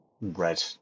red